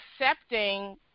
accepting